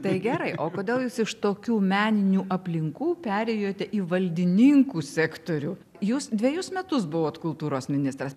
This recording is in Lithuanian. tai gerai o kodėl jūs iš tokių meninių aplinkų perėjote į valdininkų sektorių jūs dvejus metus buvot kultūros ministras